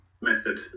method